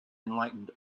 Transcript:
enlightened